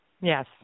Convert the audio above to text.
Yes